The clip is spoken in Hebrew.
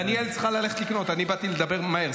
דניאל צריכה ללכת לקנות, אני באתי לדבר מהר.